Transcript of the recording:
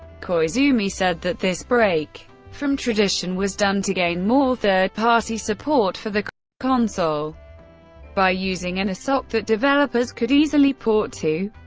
koizumi said that this break from tradition was done to gain more third-party support for the console by using an and soc that developers could easily port to.